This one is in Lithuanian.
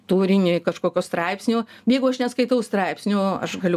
turiniui kažkokio straipsnio jeigu aš neskaitau straipsnių aš galiu